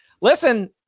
listen